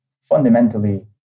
fundamentally